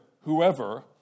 whoever